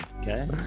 Okay